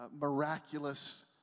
miraculous